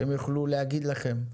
שהם יוכלו להגיד לכם,